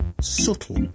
Subtle